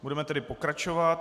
Budeme tedy pokračovat.